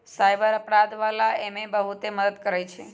cyber अपराध वाला एमे बहुते मदद करई छई